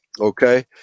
okay